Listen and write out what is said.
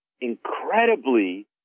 incredibly